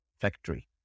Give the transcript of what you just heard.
factory